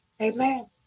Amen